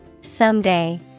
Someday